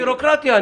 בירוקרטיה.